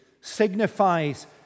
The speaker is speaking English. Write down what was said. signifies